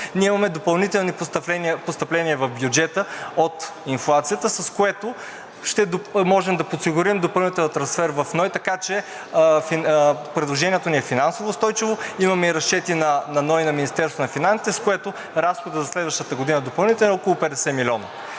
имаме допълнителни постъпления в бюджета от инфлацията, с което можем да подсигурим допълнителен трансфер в НОИ. Предложението ни е финансово устойчиво, имаме и разчети на НОИ и на Министерството на финансите, с което разходът за следващата година допълнително е около 50 милиона.